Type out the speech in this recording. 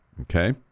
Okay